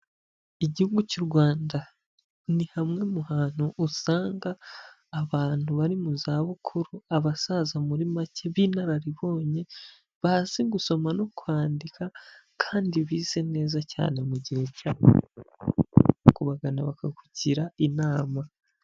Igihugu cy'u Rwanda ni hamwe mu hantu usanga abantu bari mu zabukuru, abasaza muri make b'inararibonye bazi gusoma no kwandika kandi bize neza cyane mu gihe cyabo kubagana bakakugira inama.